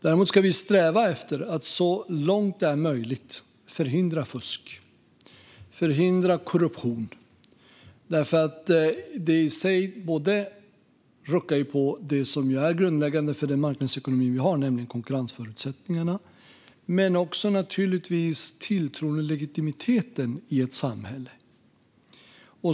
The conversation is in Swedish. Däremot ska vi sträva efter att så långt det är möjligt förhindra fusk och korruption, därför att det i sig ruckar på det som är grundläggande för vår marknadsekonomi, nämligen konkurrensförutsättningarna, men naturligtvis också på tilltron och legitimiteten i samhället.